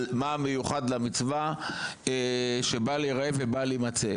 על מה מיוחד במצווה שבל ייראה ובל יימצא.